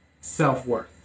self-worth